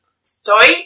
story